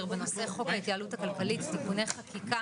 בנושא חוק ההתייעלות הכלכלית (תיקוני חקיקה